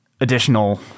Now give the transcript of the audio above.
additional